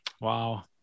Wow